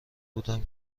بودم